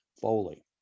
Foley